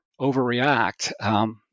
overreact